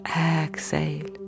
exhale